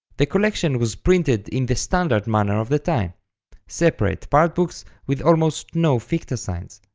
the collection was printed in the standard manner of the time separate partbooks with almost no ficta signs.